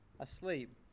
Asleep